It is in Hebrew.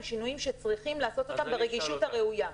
שינויים שצריכים להיעשות ברגישות הראויה.